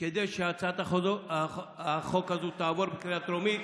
שהצעת החוק הזאת תעבור בקריאה טרומית.